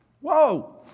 Whoa